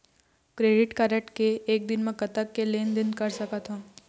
Credit card मे एक दिन म कतक के लेन देन कर सकत हो?